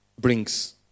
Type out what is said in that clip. brings